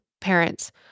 parents